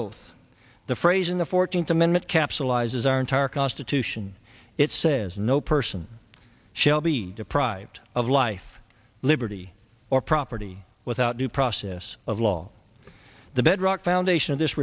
oath the phrase in the fourteenth amendment capsulizes our entire constitution it says no person shall be deprived of life liberty or property without due process of law the bedrock foundation of this